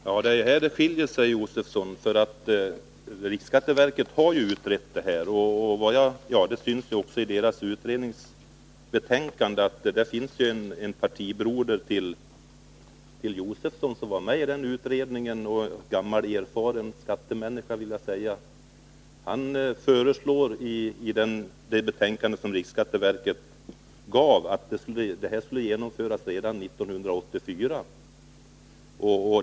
Herr talman! Ja, det är här som uppfattningarna skiljer sig, Stig Josefson. Riksskatteverket har ju utrett denna fråga — det framgår också av dess utredningsbetänkande. En partibroder till Stig Josefson var med i den utredningen — en gammal erfaren skattemänniska, vill jag säga. Han föreslår i det betänkande som riksskatteverket lade fram, att lagändringen skall genomföras redan 1984.